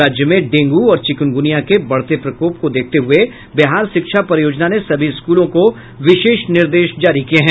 राज्य में डेंगू और चिकुनगुनिया के बढ़ते प्रकोप को देखते हुए बिहार शिक्षा परियोजना ने सभी स्कूलों को विशेष निर्देश जारी किये हैं